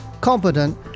competent